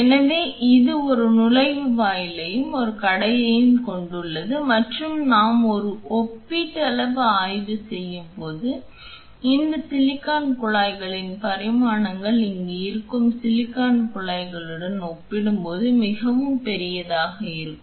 எனவே இது ஒரு நுழைவாயிலையும் ஒரு கடையையும் கொண்டுள்ளது மற்றும் நாம் ஒரு ஒப்பீட்டு ஆய்வு செய்யும் போது இந்த சிலிக்கான் குழாய்களின் பரிமாணங்கள் இங்கு இருக்கும் சிலிக்கான் குழாய்களுடன் ஒப்பிடும்போது மிகவும் பெரியதாக இருக்கும்